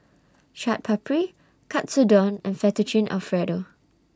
Chaat Papri Katsudon and Fettuccine Alfredo